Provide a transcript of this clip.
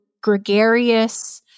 gregarious